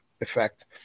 effect